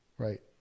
Right